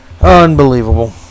unbelievable